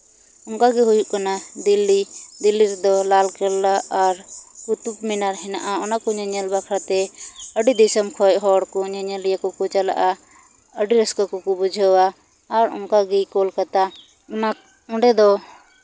ᱚᱝᱠᱟ ᱜᱮ ᱦᱩᱭᱩᱜ ᱠᱟᱱᱟ ᱫᱤᱞᱞᱤ ᱫᱤᱞᱞᱤ ᱨᱮᱫᱚ ᱞᱟᱞᱠᱮᱞᱞᱟ ᱟᱨ ᱠᱩᱛᱩᱵᱽᱢᱤᱱᱟᱨ ᱦᱮᱱᱟᱜᱼᱟ ᱚᱱᱟ ᱠᱚ ᱧᱮᱧᱮᱞ ᱵᱟᱠᱷᱨᱟᱛᱮ ᱟᱹᱰᱤ ᱫᱤᱥᱚᱢ ᱠᱷᱚᱱ ᱦᱚᱲ ᱠᱚ ᱧᱮᱧᱮᱞᱤᱭᱟᱹ ᱠᱚᱠᱚ ᱪᱟᱞᱟᱜᱼᱟ ᱟᱹᱰᱤ ᱨᱟᱹᱥᱠᱟᱹ ᱠᱚᱠᱚ ᱵᱩᱡᱷᱟᱹᱣᱟ ᱟᱨ ᱚᱝᱠᱟ ᱜᱮ ᱠᱳᱞᱠᱟᱛᱟ ᱚᱱᱟ ᱚᱸᱰᱮ ᱫᱚ